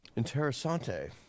interessante